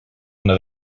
una